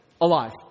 alive